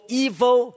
evil